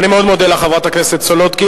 אני מאוד מודה לך, חברת הכנסת סולודקין.